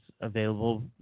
available